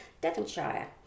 Devonshire